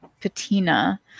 patina